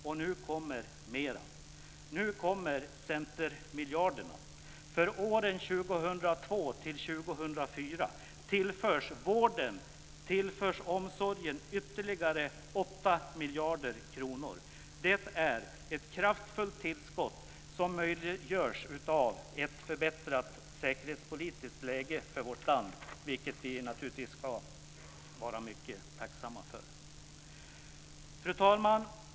Och nu kommer mera. Nu kommer centermiljarderna. För åren 2002-2004 tillförs vården och omsorgen ytterligare 8 miljarder kronor. Det är ett kraftfullt tillskott som möjliggörs av ett förbättrat säkerhetspolitiskt läge för vårt land, vilket vi naturligtvis ska vara mycket tacksamma för. Fru talman!